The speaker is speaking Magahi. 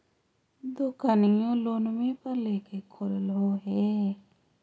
दोकनिओ लोनवे पर लेकर खोललहो हे?